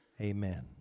amen